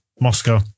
Moscow